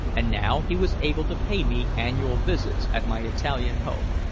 and now he was able to pay me annual visits at my italian home.